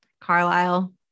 Carlisle